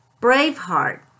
Braveheart